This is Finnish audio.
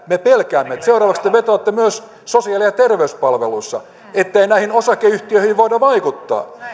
me pelkäämme että seuraavaksi te tulette vetoamaan myös sosiaali ja terveyspalveluissa ettei näihin osakeyhtiöihin voida vaikuttaa